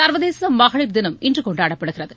சர்வதேச மகளிர் தினம் இன்று கொண்டாடப்படுகிறது